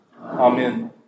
Amen